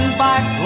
back